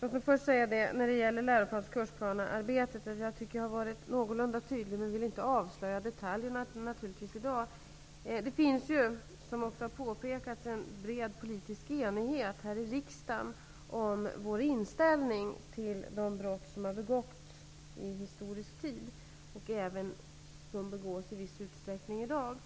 Herr talman! När det gäller läroplane och kursplanearbetet tycker jag att jag har varit någorlunda tydlig. Men jag vill naturligtvis inte avslöja detaljerna i dag. Som påpekats finns det en bred politisk enighet här i riksdagen om vår inställning till de brott som har begåtts i historisk tid och till brott som i viss utsträckning begås även i dag.